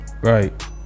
Right